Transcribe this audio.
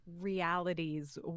realities